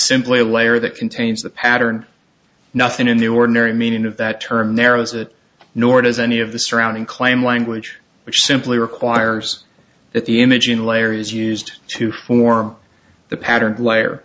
simply a layer that contains the pattern nothing in the ordinary meaning of that term narrows it nor does any of the surrounding claim language which simply requires that the image in layer is used to form the pattern